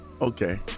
Okay